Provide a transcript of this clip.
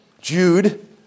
Jude